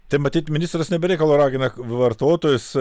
tai matyt ministras ne be reikalo ragina vartotojus